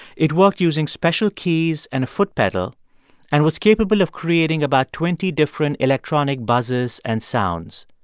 it worked using special keys and a foot pedal and was capable of creating about twenty different electronic buzzes and sounds.